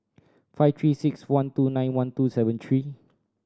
five Three Six One two nine one two seven three